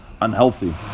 unhealthy